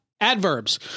Adverbs